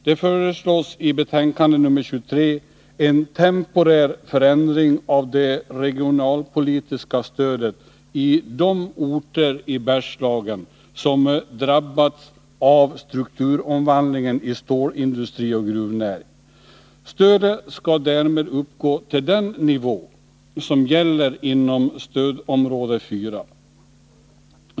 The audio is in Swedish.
Det föreslås i betänkande 23 en temporär förstärkning av det regionalpolitiska stödet i de orter i Bergslagen som drabbats av strukturomvandlingen i stålindustri och gruvnäring. Stödet skall därmed uppgå till den nivå som gäller inom stödområde 4.